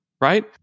right